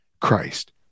Christ